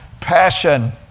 passion